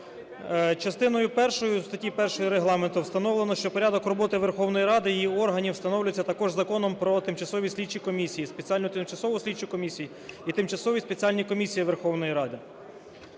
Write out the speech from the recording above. Частиною першою статті 1 Регламентом встановлено, що порядок роботи Верховної Ради, її органів встановлюється також Законом "Про тимчасові слідчі комісії, спеціальну тимчасову слідчу комісію і тимчасові спеціальні комісії Верховної Ради".